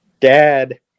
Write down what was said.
dad